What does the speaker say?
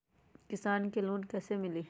किसान के लोन कैसे मिली?